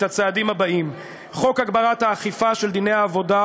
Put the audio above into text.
הצעדים הבאים: חוק הגברת האכיפה של דיני העבודה,